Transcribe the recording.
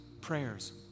prayers